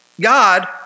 God